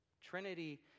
Trinity